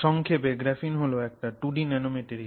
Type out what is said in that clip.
সংক্ষেপে গ্রাফিন হল একটা 2 ডি ন্যানোমেটেরিয়াল